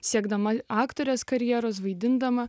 siekdama aktorės karjeros vaidindama